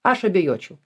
aš abejočiau